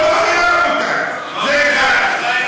עוד לא היה, רבותי.